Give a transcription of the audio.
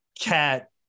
cat